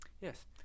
Yes